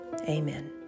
Amen